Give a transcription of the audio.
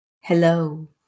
Hello